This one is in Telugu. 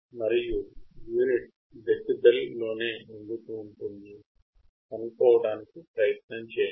మరియు యూనిట్ డెసిబెల్లోనే ఎందుకు ఉంటుంది